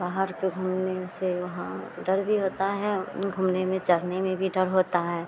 पहाड़ पर घूमने से वहाँ डर भी होता है घूमने में चढ़ने में भी डर होता है